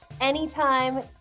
Anytime